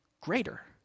greater